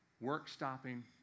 work-stopping